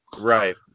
Right